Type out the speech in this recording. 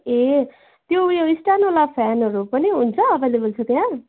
ए त्यो उयो स्ट्यान्डवाला फ्यानहरू पनि हुन्छ अभाइलेबल छ त्यहाँ